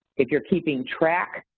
if you're keeping track,